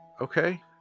Okay